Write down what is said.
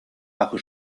bajo